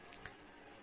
bib கோப்பில் வரும்